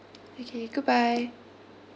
okay goodbye